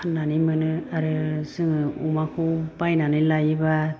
फाननानै मोनो आरो जोङो अमाखौ बायनानै लायोबा